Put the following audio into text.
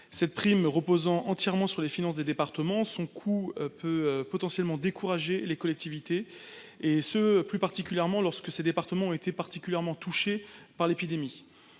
Cette prime reposant entièrement sur les finances des départements, son coût peut potentiellement décourager ces collectivités, et ce plus particulièrement lorsqu'elles ont été très touchées par l'épidémie.